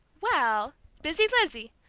well busy lizzie!